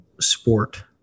sport